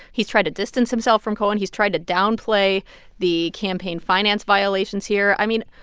he's tried to distance himself from cohen he's tried to downplay the campaign finance violations here. i mean,